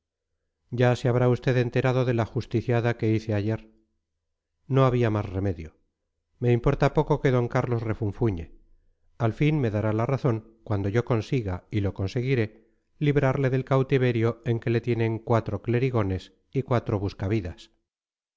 ya se habrá usted enterado de la justiciada que hice ayer no había más remedio me importa poco que d carlos refunfuñe al fin me dará la razón cuando yo consiga y lo conseguiré librarle del cautiverio en que le tienen cuatro clerigones y cuatro buscavidas